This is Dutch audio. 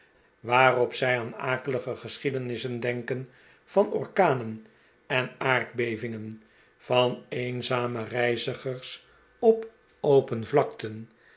waarop zij aan akelige geschiedenissen denken van orkanen en aardbevingen van eenzame reizigers op open vlakten